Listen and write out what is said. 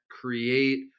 create